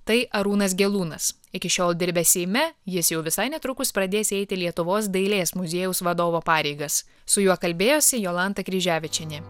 tai arūnas gelūnas iki šiol dirbęs seime jis jau visai netrukus pradės eiti lietuvos dailės muziejaus vadovo pareigas su juo kalbėjosi jolanta kryževičienė